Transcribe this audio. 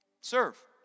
Serve